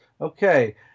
okay